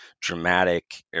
dramatic